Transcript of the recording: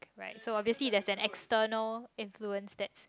right so obviously there's an external influence that